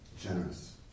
generous